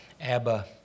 Abba